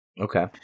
Okay